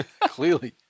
Clearly